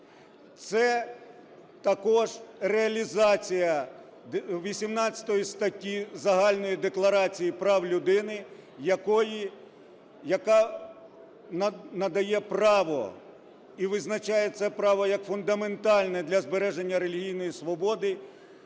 Це також реалізація 18 статті Загальної декларації прав людини, яка надає право і визначає це право як фундаментальне для збереження релігійної свободи